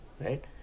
Right